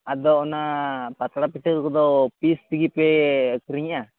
ᱟᱫᱚ ᱚᱱᱟ ᱯᱟᱛᱲᱟ ᱯᱤᱴᱷᱟᱹᱠᱚᱫᱚ ᱯᱤᱥ ᱛᱮᱜᱮᱯᱮ ᱟᱹᱠᱷᱨᱤᱧᱟ